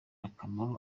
akamaro